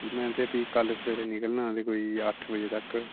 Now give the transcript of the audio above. मैं ते फ्ही कल सवेरे निकलना ते कोई अट्ठ बजे तक